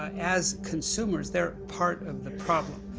as consumers, they're part of the problem.